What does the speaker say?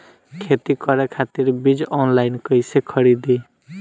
खेती करे खातिर बीज ऑनलाइन कइसे खरीदी?